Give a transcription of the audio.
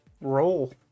Roll